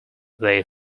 they